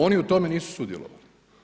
Oni u tome nisu sudjelovali.